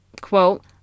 quote